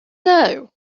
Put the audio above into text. know